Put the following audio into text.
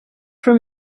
from